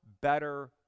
better